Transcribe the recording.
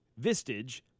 Vistage